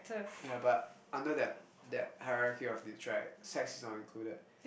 ya but under that that hierarchy of needs right sex is not included